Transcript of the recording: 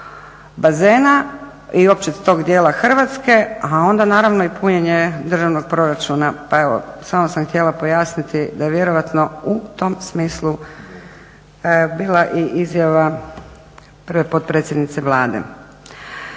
bazena i uopće tog dijela Hrvatske a onda naravno i punjenje državnog proračuna. Pa evo samo sam htjela pojasniti da je vjerojatno u tom smislu bila i izjava prve potpredsjednice Vlade.